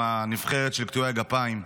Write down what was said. עם הנבחרת של קטועי הגפיים.